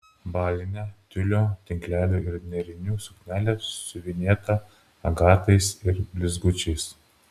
balinė tiulio tinklelio ir nėrinių suknelė siuvinėta agatais ir blizgučiais